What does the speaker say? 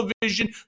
television